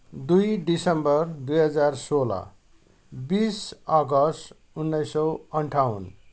दुई दिसम्बर दुई हजार सोह्र बिस अगस्त उन्नाइस सय अन्ठाउन्न